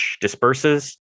disperses